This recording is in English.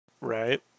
Right